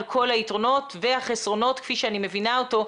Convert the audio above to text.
כל היתרונות והחסרונות כפי שאני מבינה אותו.